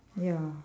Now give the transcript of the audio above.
ya